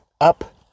up